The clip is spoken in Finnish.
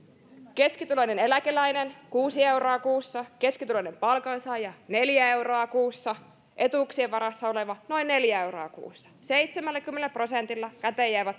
keskituloinen eläkeläinen kuusi euroa kuussa keskituloinen palkansaaja neljä euroa kuussa etuuksien varassa oleva noin neljä euroa kuussa seitsemälläkymmenellä prosentilla käteen jäävät